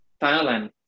Thailand